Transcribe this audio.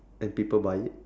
and people buy it